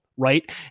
right